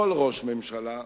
כל ראש ממשלה,